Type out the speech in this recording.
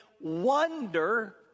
wonder